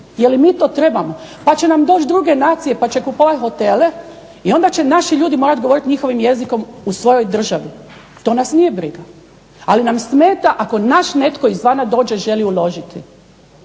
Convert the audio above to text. je li mi to trebamo, pa će nam doći druge nacije pa će kupovati hotele i onda će naši ljudi morati govoriti njihovim jezikom u svojoj državi. To nas nije briga ali nam smeta ako naš netko iz vana dođe i želi uložiti.